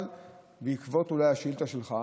אבל אולי בעקבות השאילתה שלך,